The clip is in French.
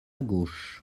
gauche